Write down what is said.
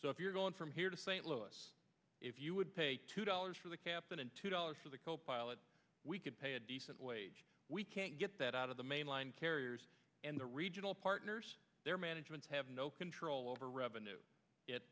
so if you're going from here to st louis if you would pay two dollars for the captain and two dollars for the copilot we could pay a decent wage we can get that out of the mainline carriers and the regional partners there managements have no control over revenue